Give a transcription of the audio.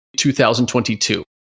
2022